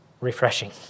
refreshing